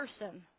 person